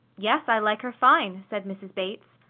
yes, i like her fine, said mrs. bates.